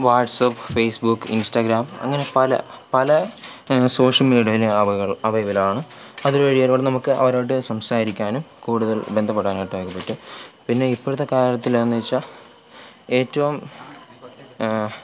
WhatsApp Facebook Instagram അങ്ങനെ പല പല സോഷ്യൽ മീഡിയയിലും അവൈലബിലാണ് അതുവഴി ഒരുപാട് നമുക്ക് അവരോട് സംസാരിക്കാനും കൂടുതൽ ബന്ധപ്പെടാനുമൊക്കെയായിട്ട് പറ്റും പിന്നെ ഇപ്പോഴത്തെ കാലത്തിലാണെന്നു വെച്ചാൽ ഏറ്റവും